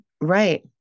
Right